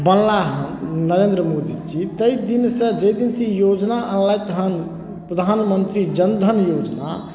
बनला हँ नरेन्द्र मोदीजी तै दिनसँ जै दिनसँ ई योजना अनलथि हन प्रधानमन्त्री जनधन योजना